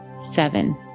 seven